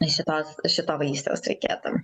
šitos šito vaisiaus reikėtų